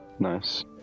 Nice